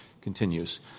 continues